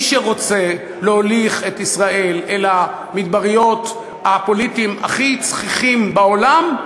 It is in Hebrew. מי שרוצה להוליך את ישראל אל המדבריות הפוליטיים הכי צחיחים בעולם,